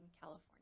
California